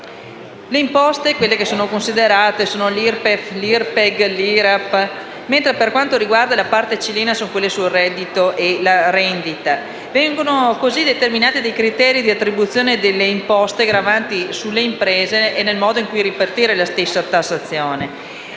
considerate sono l'IRPEF, l'IRPEG l'IRAP, mentre per quanto riguarda la parte cilena sono quelle sul reddito e la rendita. Vengono così determinati criteri di attribuzione delle imposte gravanti sulle imprese e il modo in cui ripartire la stessa tassazione.